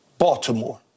Baltimore